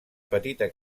petita